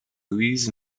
louise